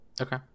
okay